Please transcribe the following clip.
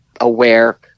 aware